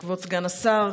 כבוד סגן השר,